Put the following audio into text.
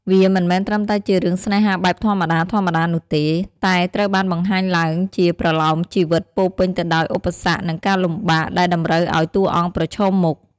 វាមិនមែនត្រឹមតែជារឿងស្នេហាបែបធម្មតាៗនោះទេ តែត្រូវបានបង្ហាញឡើងជា ប្រលោមជីវិត ពោរពេញទៅដោយឧបសគ្គ និងការលំបាក ដែលតម្រូវឱ្យតួអង្គប្រឈមមុខ។